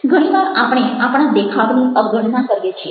ઘણી વાર આપણે આપણા દેખાવની અવગણના કરીએ છીએ